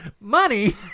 money